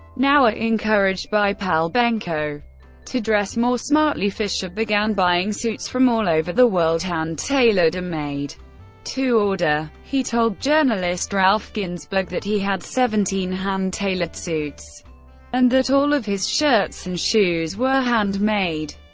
now, ah encouraged by pal benko to dress more smartly, fischer began buying suits from all over the world, hand-tailored and made to order. he told journalist ralph ginzburg that he had seventeen hand-tailored suits and that all of his shirts and shoes were handmade.